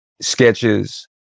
sketches